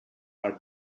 are